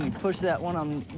and push that one on